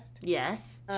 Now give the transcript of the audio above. Yes